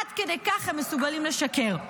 עד כדי כך הם מסוגלים לשקר.